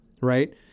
Right